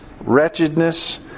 wretchedness